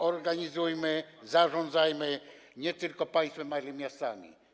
Organizujmy, zarządzajmy nie tylko państwem, ale i miastami.